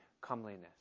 comeliness